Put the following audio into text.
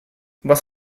was